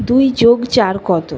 দুই যোগ চার কত